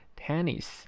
tennis